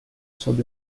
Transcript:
sob